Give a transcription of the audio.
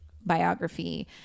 biography